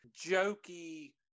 jokey